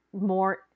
more